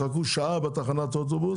יחכו שעה בתחנת אוטובוס,